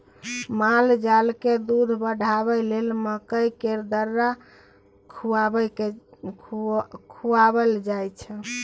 मालजालकेँ दूध बढ़ाबय लेल मकइ केर दर्रा खुआएल जाय छै